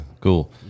cool